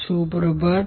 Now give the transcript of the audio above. સુપ્રભાત